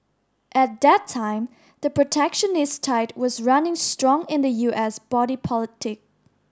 at that time the protectionist tide was running strong in the U S body politic